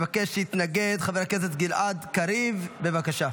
חבר הכנסת גלעד קריב מבקש להתנגד.